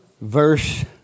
Verse